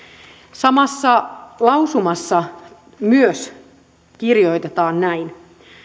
samassa lausumassa myös kirjoitetaan näin